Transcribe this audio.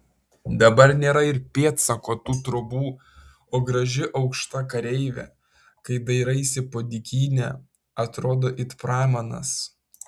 dabar nėra ir pėdsako tų trobų o graži aukšta kareivė kai dairaisi po dykynę atrodo it pramanas